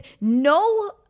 No